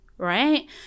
right